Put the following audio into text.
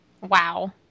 Wow